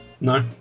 no